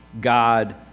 God